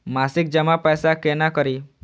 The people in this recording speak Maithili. मासिक जमा पैसा केना करी?